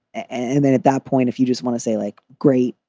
and then at that point, if you just want to say, like, great,